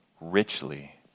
richly